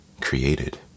created